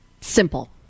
Simple